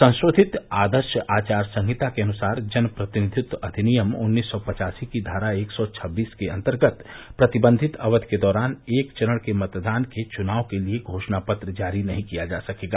संशोधित आदर्श आचार संहिता के अनुसार जनप्रतिनिधित्व अधिनियम उन्नीस सौ पचासी की धारा एक सौ छबीस के अंतर्गत प्रतिबंधित अवधि के दौरान एक चरण के मतदान के चुनाव के लिये घोषणा पत्र जारी नहीं किया जा सकेगा